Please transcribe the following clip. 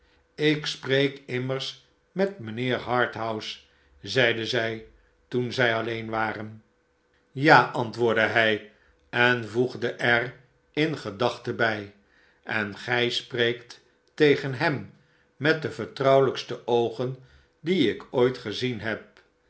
ik spreek immers met mijnheer harthouse zeide zij toen zij alleen waren ja antwoordde hij en voegde er in gedachten bij en gij spreekt tegen hem met de vertrouwelijkste oogen die ik ooit gezien heb